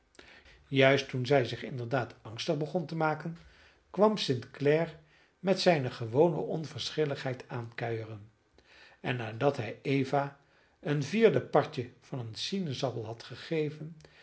juist toen zij zich inderdaad angstig begon te maken kwam st clare met zijne gewone onverschilligheid aankuieren en nadat hij eva een vierdepartje van een sinaasappel had gegeven